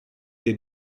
des